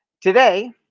Today